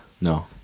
No